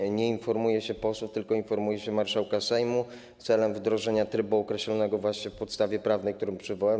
I nie informuje się posłów, tylko informuje się marszałka Sejmu celem wdrożenia trybu określonego właśnie w podstawie prawnej, którą przywołałem.